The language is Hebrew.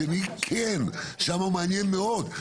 שם מעניין מאוד.